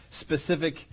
specific